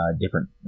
different